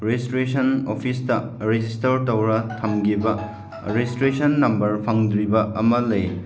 registration ꯑꯣꯐꯤꯁꯇ register ꯇꯧꯔꯥ ꯊꯝꯈꯤꯕ ꯔꯤꯖꯤꯁꯇ꯭ꯔꯦꯁꯟ ꯅꯝꯕꯔ ꯐꯪꯗ꯭ꯔꯤꯕ ꯑꯃ ꯂꯩ